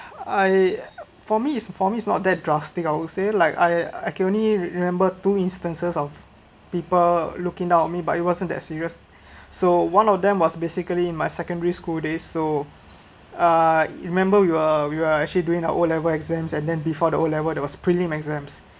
I for me it's for me it's not that drastic I would say like I I can only remember two instances of people looking down on me but it wasn't that serious so one of them was basically in my secondary school days so uh remember we were we were actually doing our o-level exams and then before the o-level there was prelim exams